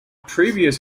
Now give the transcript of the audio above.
previous